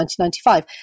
1995